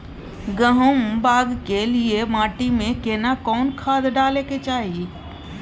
गहुम बाग के लिये माटी मे केना कोन खाद डालै के चाही?